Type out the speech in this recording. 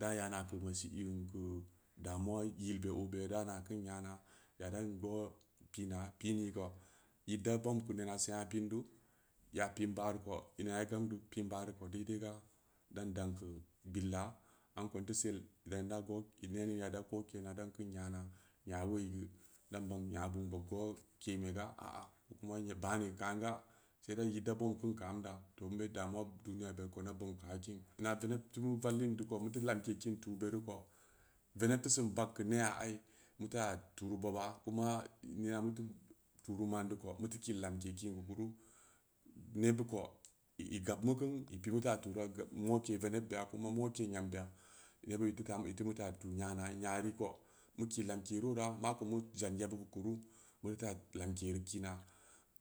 Da yana keu masikeu damuwa yilbe obe dana kin nya'ana ya dan go pina pinni ko yidda bom keu nena sen aa pin deu ya pin ba reu ko ina igam deu pin baru ko dai-dai ga dan-dani keu billa amko in teu sel da-da go nening ya dago kein dgnkein nyana nya wo'i geu dan ban nya bun bob go ke'in be ga a-a bani kanga sai da nyid da bomn kiin keu amda toine damuwa duniyberiko inda bobm keu akin ina veneb teu meu vallin deu ko mu teu lamke kiin tuberi ko veneb teu sin barin keu neya ai muta turu boba kuma nema mu teu tureu man deu ko mu teu lamke kiin keu kuru nebud ko igab kewa i pimeu ta turu ga moke veneb beya kuma moke yambeya yeburi i teu ta iteu mu ta tu nya'ana nya'arii ko mu ki lamke ru wora ma kou mu jan yebud keu kuru muteu ta lamke reu kina